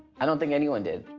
i don't think anyone did.